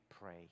pray